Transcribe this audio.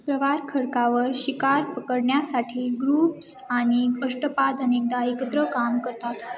प्रवाळ खडकावर शिकार पकडण्यासाठी ग्रुप्स आणि अष्टपाद अनेकदा एकत्र काम करतात